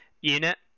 unit